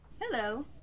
Hello